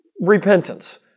repentance